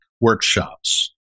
workshops